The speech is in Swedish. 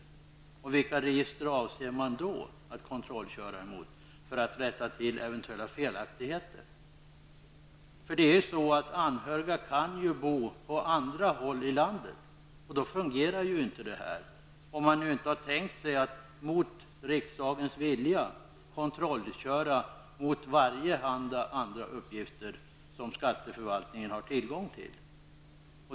Vilka register avser man att kontrollköra mot för att rätta till eventuella felaktigheter? Anhöriga kan ju bo på andra håll i landet, och då fungerar ju inte detta, om man inte har tänkt sig att mot rikdagens vilja kontrollköra mot andra uppgifter som skatteförvaltningen har tillgång till.